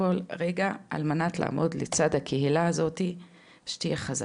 בכל רגע על מנת לעמוד לצד הקהילה הזאת שתהיה חזקה.